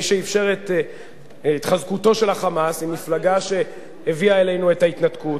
מי שאפשרה את התחזקותו של ה"חמאס" היא מפלגה שהביאה אלינו את ההתנתקות.